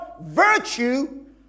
virtue